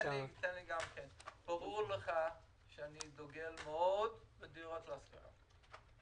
ברור לך שאני דוגל מאוד בדירות להשכרה,